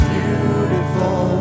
beautiful